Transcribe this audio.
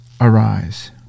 arise